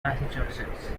massachusetts